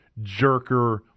jerker